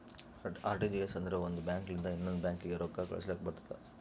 RTGS ಅಂದುರ್ ಒಂದ್ bank ಲಿಂತ ಇನ್ನೊಂದ್ ಬ್ಯಾಂಕ್ಗ ರೊಕ್ಕಾ ಕಳುಸ್ಲಾಕ್ ಬರ್ತುದ್